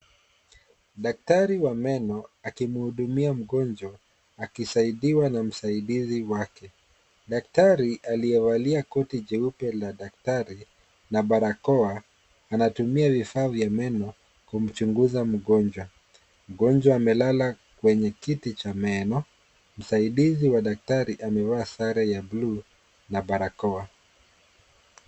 Daktari wa meno akimuhudumia mgonjwa akisaidiwa na msaidizi wake. Daktari aliyevalia koti jeupe la daktari na barakoa, anatumia vifaa vya meno kumchunguza mgonjwa. Mgonjwa amelala kwenye kiti cha meno, msaidizi wa daktari amevaa sare ya buluu na barakoa.